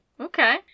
okay